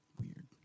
Weird